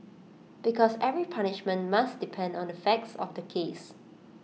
because every punishment must depend on the facts of the case